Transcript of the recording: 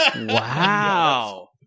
Wow